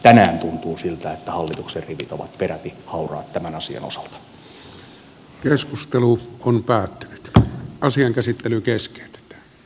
tänään tuntuu siltä että hallituksen rivit ovat peräti hauraat tämän asian osalta